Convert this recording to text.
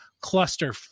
cluster